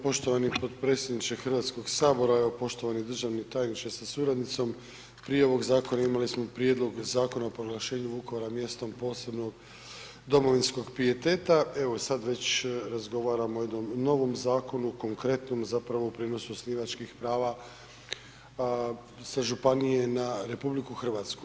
Poštovani potpredsjedniče Hrvatskog sabora, poštovani državni tajniče sa suradnicom, prije ovog zakona imali smo prijedlog Zakona o proglašenju Vukovara mjestom posebnog domovinskog pijeteta, evo sad već razgovaramo o jednom novom zakonu, konkretnom, zapravo o prijenosu osnivačkih prava sa županije na RH.